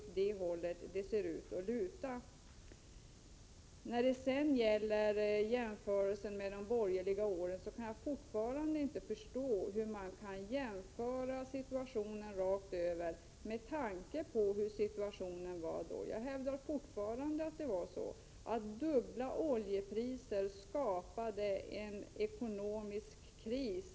Tyvärr lutar det åt att det blir så. Så till jämförelsen med de borgerliga åren. Jag kan fortfarande inte förstå hur man kan göra en jämförelse rakt över, med tanke på hur situationen var under de borgerliga åren. Jag vidhåller vad jag tidigare har sagt, nämligen att det tidigare dubbelt så höga oljepriset skapade en ekonomisk kris.